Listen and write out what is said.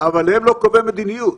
אבל הם לא קובעי המדיניות